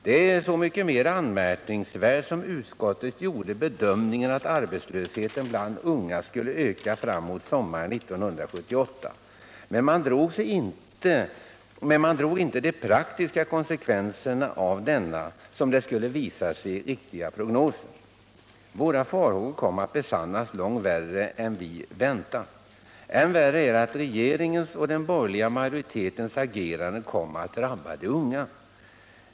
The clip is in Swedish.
Detta är så mycket mer anmärkningsvärt som utskottet gjorde bedömningen att arbetslösheten bland unga skulle öka framemot sommaren 1978. Men man drog inte de praktiska konsekvenserna av denna, som det skulle visa sig, riktiga prognos. Våra farhågor kom att besannas långt mer än vi väntat. Än värre är att regeringens och den borgerliga majoritetens agerande drabbar de unga.